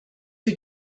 für